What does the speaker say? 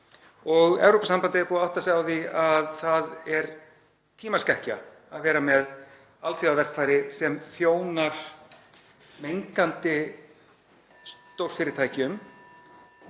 Evrópusambandið er búið að átta sig á því að það er tímaskekkja að vera með alþjóðaverkfæri sem þjónar mengandi stórfyrirtækjum